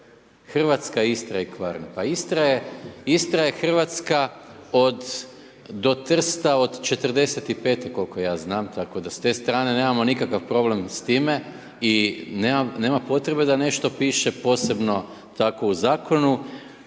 Hrvatska Istra i Kvarner. Pa Istra je Hrvatska od, do Trsta od '45. koliko ja znam tako da s te strane nemamo nikakav problem s time i nema potrebe da nešto piše posebno tako u zakonu.